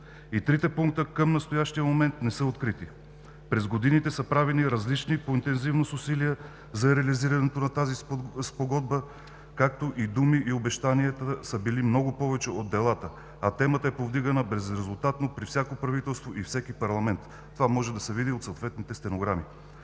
И трите пункта към настоящия момент не са открити. През годините са правени различни по интензивност усилия за реализирането на тази Спогодба, като и думите, и обещанията са били много повече от делата, а темата е повдигана безрезултатно при всяко правителство и всеки парламент. Това може да се види от съответните стенограми.